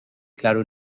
claro